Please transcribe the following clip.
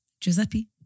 Giuseppe